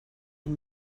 had